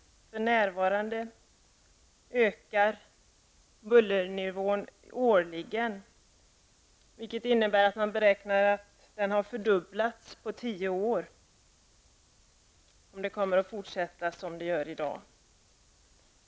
För närvarande höjs bullernivån årligen, vilket innebär att man beräknar att bullret kommer att ha fördubblats på tio år om det fortsätter som i dag.